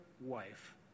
wife